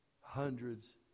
hundreds